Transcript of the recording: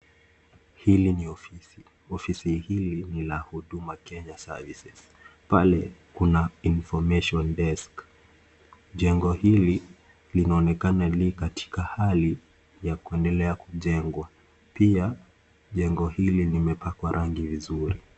Hili ni ofisi, ofisi hili ni la Huduma Kenya Services, pale kuna information desk , jengo hili linaonekana li katika hali ya kuendelea kujengwa, pia jengo hili limepakwa rangi vizuri.